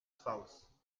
spouse